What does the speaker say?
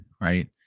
right